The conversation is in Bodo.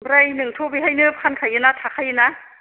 ओमफ्राय नोंथ' बेहायनो फानखायो ना थाखायो ना